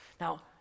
Now